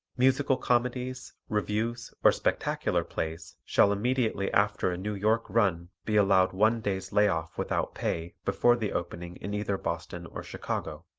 musical comedies, revues or spectacular plays shall immediately after a new york run be allowed one day's lay-off without pay before the opening in either boston or chicago.